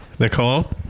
Nicole